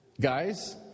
Guys